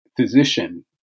physician